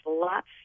lots